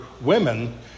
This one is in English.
women